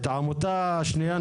העמותה השנייה,